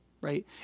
right